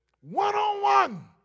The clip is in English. one-on-one